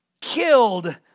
Killed